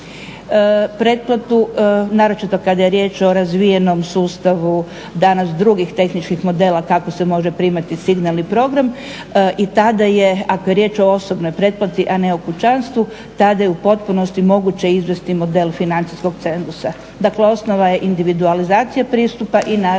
pretplatu, naročito kada je riječ o razvijenom sustavu danas drugih tehničkih modela kako se može primati signalni program i tada je ako je riječ o osobnoj pretplati a ne o kućanstvu tada je u potpunosti moguće izvesti model financijskog cenzusa. Dakle, osnova je individualizacija pristupa i naravno